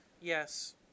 Yes